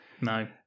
No